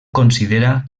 considera